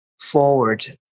forward